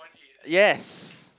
yes